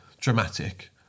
dramatic